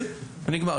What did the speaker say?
ששוקללו באקסל וזהו.